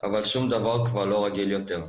אבל שום דבר כבר לא רגיל יותר.